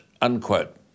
unquote